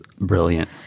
brilliant